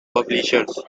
publishers